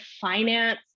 finance